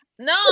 No